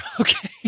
Okay